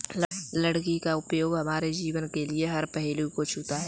लकड़ी का उपयोग हमारे जीवन के हर पहलू को छूता है